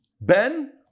Ben